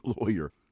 lawyer